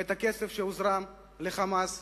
ואת הכסף שהוזרם ל"חמאס".